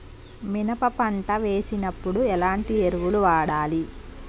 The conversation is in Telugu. మినప పంట వేసినప్పుడు ఎలాంటి ఎరువులు వాడాలి?